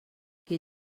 qui